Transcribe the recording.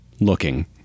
looking